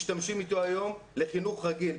משתמשים איתו היום לחינוך רגיל,